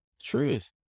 truth